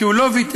כי הוא לא ויתר,